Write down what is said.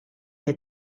had